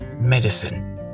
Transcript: medicine